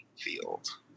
field